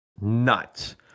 Nuts